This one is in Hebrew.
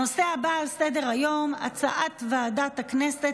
הנושא הבא על סדר-היום: הצעת ועדת הכנסת